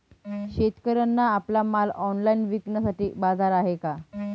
शेतकऱ्यांना आपला माल ऑनलाइन विकण्यासाठी बाजार आहे का?